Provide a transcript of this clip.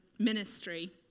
Ministry